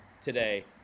today